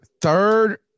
third